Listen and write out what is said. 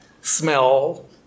smell